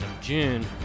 June